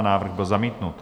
Návrh byl zamítnut.